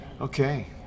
Okay